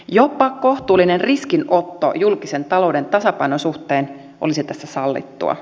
jopa kohtuullinen riskinotto julkisen talouden tasapainon suhteen olisi tässä sallittua